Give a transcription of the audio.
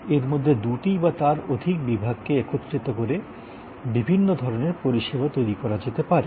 এর মধ্যে দুটি বা তার অধিক বিভাগকে একত্রিত করে বিভিন্ন ধরণের পরিষেবা তৈরী করা যেতে পারে